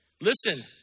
listen